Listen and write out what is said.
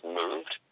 moved